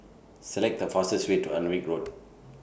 Select The fastest Way to Alnwick Road